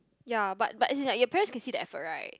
ya but but as in like your parents can see the effort right